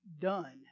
done